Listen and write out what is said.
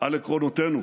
על עקרונותינו,